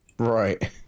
Right